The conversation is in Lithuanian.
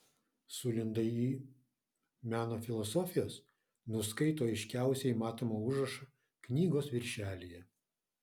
sulindai į meno filosofijas nuskaito aiškiausiai matomą užrašą knygos viršelyje